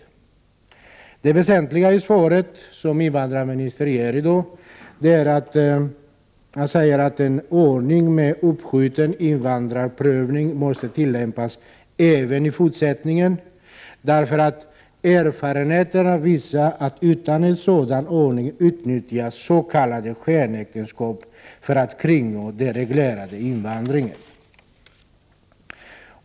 Queen Det väsentliga i svaret som invandrarministern ger här i dag är att han säger att en ordning med uppskjuten invandrarprövning måste tillämpas även i fortsättningen, därför att erfarenheterna visar att utan en sådan ordning utnyttjas s.k. skenäktenskap för att kringgå den reglerade invandringen.